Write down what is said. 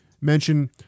Mention